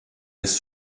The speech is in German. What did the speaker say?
als